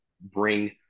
bring